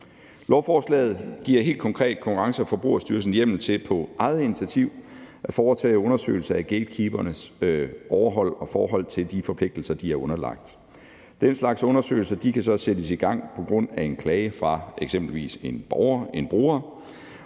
Lovforslaget giver helt konkret Konkurrence- og Forbrugerstyrelsen hjemmel til på eget initiativ at foretage undersøgelser af gatekeepernes overholdelse af og forhold til de forpligtelser, de er underlagt. Den slags undersøgelser kan sættes i gang på grund af en klage fra eksempelvis en borger, en bruger,